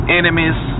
enemies